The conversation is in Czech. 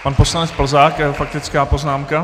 Pan poslanec Plzák a jeho faktická poznámka.